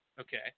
okay